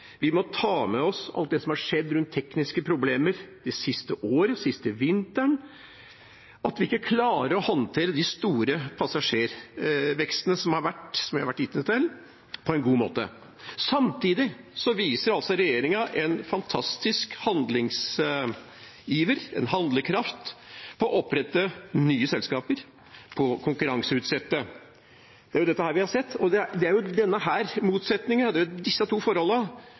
vi må ta med oss alt det som har skjedd rundt tekniske problemer det siste året, den siste vinteren, og at vi ikke klarer å håndtere den store passasjerveksten som vi har vært vitne til, på en god måte. Samtidig viser regjeringa en fantastisk handlingsiver, en handlekraft, når det gjelder å opprette nye selskaper og å konkurranseutsette. Det er dette vi har sett, og det er denne motsetningen, disse to forholdene, som gjør at vi er bekymret. Det er